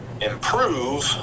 improve